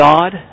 God